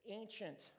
ancient